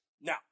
Now